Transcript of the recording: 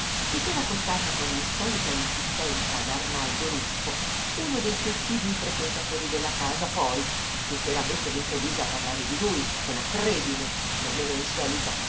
che s'era accostata con insolita insistenza ad arnaldo ruffo uno dei piú assidui frequentatori della casa poi che s'era messa d'improvviso a parlare di lui con acredine non meno insolita